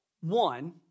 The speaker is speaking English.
One